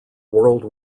world